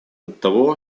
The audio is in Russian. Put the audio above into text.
оттого